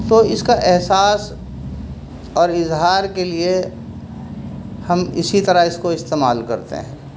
تو اس کا احساس اور اظہار کے لیے ہم اسی طرح اس کو استعمال کرتے ہیں